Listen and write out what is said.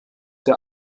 der